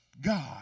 God